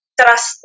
trust